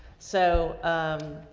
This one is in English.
so, um,